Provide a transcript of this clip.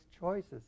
choices